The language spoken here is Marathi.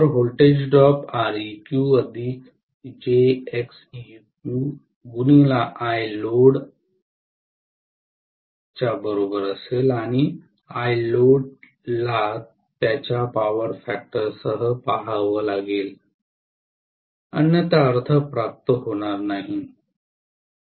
तर व्होल्टेज ड्रॉप आणि ला त्याच्या पॉवर फॅक्टर सह पहावे लागेल अन्यथा अर्थ प्राप्त होणार नाही